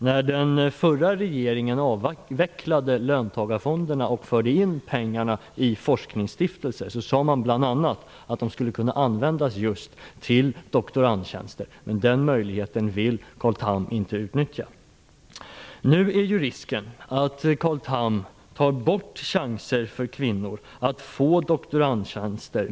När den förra regeringen avvecklade löntagarfonderna och förde in pengarna i forskningsstiftelser sade man bl.a. att de skulle kunna användas till just doktorandtjänster. Men den möjligheten vill Carl Tham inte utnyttja. Nu är risken att Carl Tham med ena handen tar bort chanser för kvinnor att få doktorandtjänster.